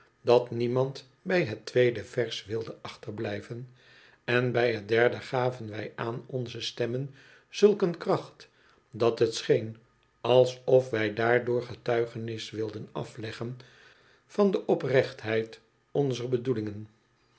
dat niemand bij het tweede vers wilde achterblijven en bij het derde gaven wij aan onze stemmen zulk een kracht dat het scheen alsof wij daardoor getuigenis wilden afleggen van de oprechtheid onzer bedoelingen